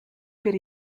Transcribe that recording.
per